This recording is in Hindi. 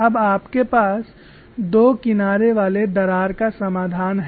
अब आपके पास दो किनारे वाले दरार का समाधान है